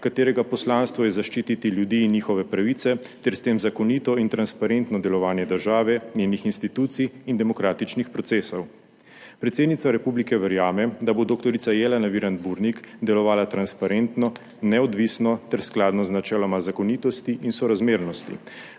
katerega poslanstvo je zaščititi ljudi in njihove pravice ter s tem zakonito in transparentno delovanje države, njenih institucij in demokratičnih procesov. Predsednica republike verjame, da bo dr. Jelena Virant Burnik delovala transparentno, neodvisno ter skladno z načeloma zakonitosti in sorazmernosti,